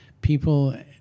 people